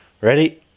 Ready